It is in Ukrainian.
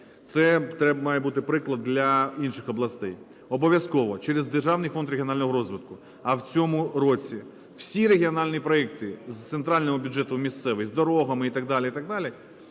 Це має бути приклад для інших областей. Обов'язково через Державний фонд регіонального розвитку - а в цьому році всі регіональні проекти з центрального бюджету в місцевий, з дорогами і так далі,